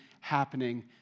happening